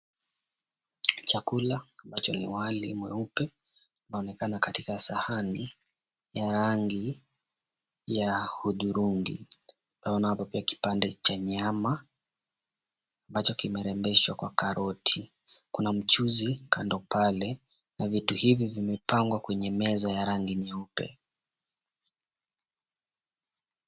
Chakula ambacho ni wali mweupe kinaonekana katika sahani ya rangi ya hudhurungi panapo pia kipande cha nyama ambacho kimerembeshwa kwa karoti, kuna mchuzi kando pale na vitu hivi vimepangwa kwenye meza ya rangi nyeupe.